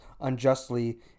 unjustly